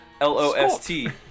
L-O-S-T